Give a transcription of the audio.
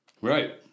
Right